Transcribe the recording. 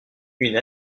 une